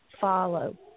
follow